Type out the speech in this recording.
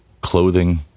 clothing